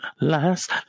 last